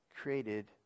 created